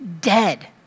dead